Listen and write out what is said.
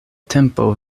tempo